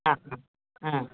ஆமாம் ஆ